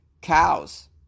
cows